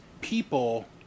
people